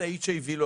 HIV,